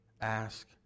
ask